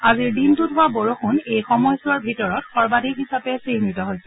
আজিৰ দিনটোত হোৱা বৰষূণ এই সময়ছোৱাৰ ভিতৰত সৰ্বাধিক হিচাপে চিহ্নিত হৈছে